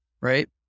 right